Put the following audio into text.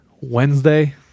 wednesday